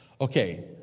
Okay